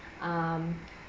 um